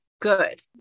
good